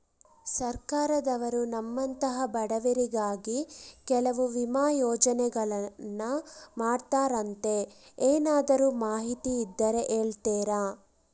ಸರ್ಕಾರದವರು ನಮ್ಮಂಥ ಬಡವರಿಗಾಗಿ ಕೆಲವು ವಿಮಾ ಯೋಜನೆಗಳನ್ನ ಮಾಡ್ತಾರಂತೆ ಏನಾದರೂ ಮಾಹಿತಿ ಇದ್ದರೆ ಹೇಳ್ತೇರಾ?